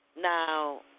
Now